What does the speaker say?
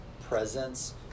presence